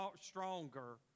stronger